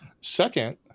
Second